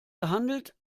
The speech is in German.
gehandelt